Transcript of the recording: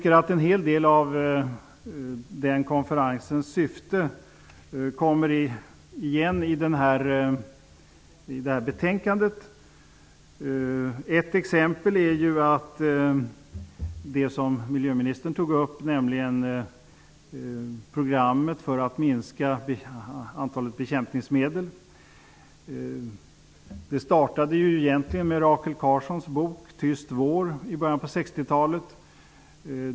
En hel del av den konferensens syfte återkommer i detta betänkande. Ett exempel är det program som miljöministern tog upp, nämligen programmet för att minska antalet bekämpningsmedel. Det hela startade egentligen i början av 60-talet med Rachel Carsons bok Tyst vår.